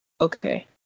Okay